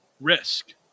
Risk